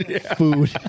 food